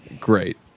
great